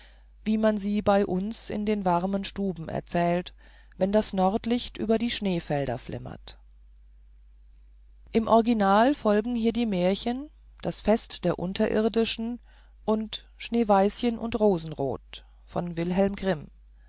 wie man sie bei uns in den warmen stuben erzählt wenn das nordlicht über die schneefelder flimmert es folgen die märchen das fest der unterirdischen und schneeweißchen und rosenrot von